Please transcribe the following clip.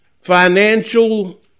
financial